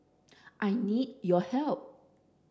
I need your help